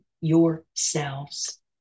yourselves